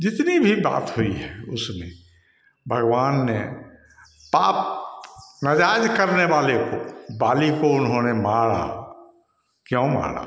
जितनी भी बात हुई है उसमें भगवान ने पाप नाजायज करने वाले को बाली को उन्होंने मारा क्यों मारा